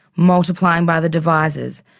multiplying by the devisors,